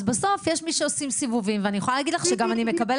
אז בסוף יש מי שעושים סיבובים ואני יכולה להגיד לך שאני מקבלת